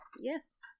yes